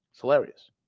hilarious